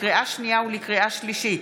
לקריאה שנייה ולקריאה שלישית: